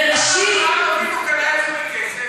בבראשית למה אברהם אבינו קנה את זה בכסף?